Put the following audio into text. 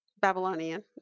Babylonian